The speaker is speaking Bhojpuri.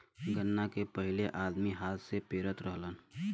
गन्ना के पहिले आदमी हाथ से पेरत रहल